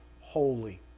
holy